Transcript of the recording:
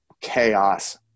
chaos